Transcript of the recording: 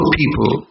people